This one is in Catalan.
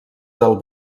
del